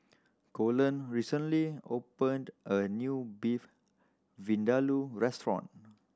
Coleen recently opened a new Beef Vindaloo Restaurant